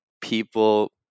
people